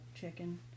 chicken